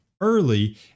early